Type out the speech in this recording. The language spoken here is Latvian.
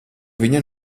viņa